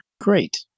Great